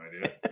idea